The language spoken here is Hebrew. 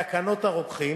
תקנות הרוקחים,